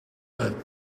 let